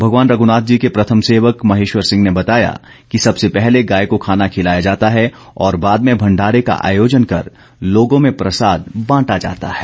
भगवान रघ्नाथ जी के प्रथम सेवक महेश्वर सिंह ने बताया कि सबसे पहले गाय को खाना खिलाया जाता है और बाद में भंडारे का आयोजन कर लोगों में प्रसाद बांटा जाता है